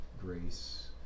grace